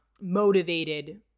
motivated